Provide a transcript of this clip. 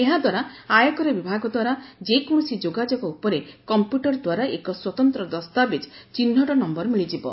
ଏହା ଦ୍ୱାରା ଆୟକର ବିଭାଗ ଦ୍ୱାରା ଯେକୌଣସି ଯୋଗାଯୋଗ ଉପରେ କମ୍ପ୍ୟୁଟର ଦ୍ୱାରା ଏକ ସ୍ୱତନ୍ତ୍ର ଦସ୍ତାବିଜ ଚିହ୍ନଟ ନମ୍ଘର ମିଳିଯିବ